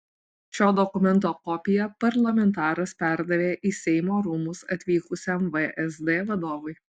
šio dokumento kopiją parlamentaras perdavė į seimo rūmus atvykusiam vsd vadovui